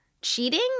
Cheating